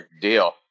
Deal